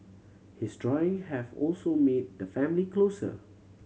his drawing have also made the family closer